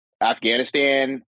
Afghanistan